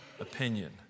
opinion